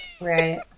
right